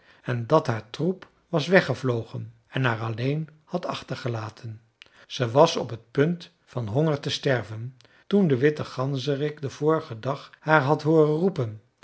en dat haar troep was weggevlogen en haar alleen had achtergelaten ze was op het punt van honger te sterven toen de witte ganzerik den vorigen dag haar had hooren roepen